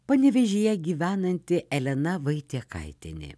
panevėžyje gyvenanti elena vaitiekaitienė